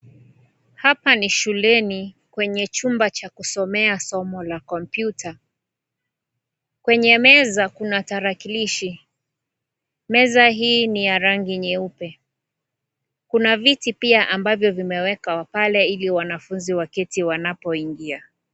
Hapa ni shuleni kwenye chumba cha kusomea somo la kompyuta. Kwenye meza kuna tarakilishi. Meza hii ni ya rangi nyeupe. Kuna viti pia ambavyo vimeweka pale ili wanafunzi waketi wanapoingia.